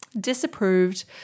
disapproved